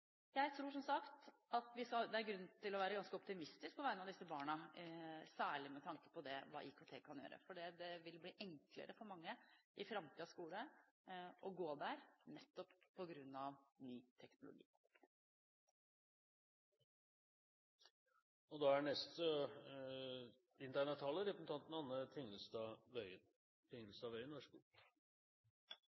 Jeg tror, som sagt, at det er grunn til å være ganske optimistisk på vegne av disse barna, særlig med tanke på hva IKT kan gjøre. Det vil bli enklere for mange å gå i framtidens skole nettopp på grunn av ny teknologi.